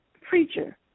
Preacher